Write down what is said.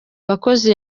abakozi